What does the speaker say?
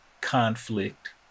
conflict